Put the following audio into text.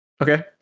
Okay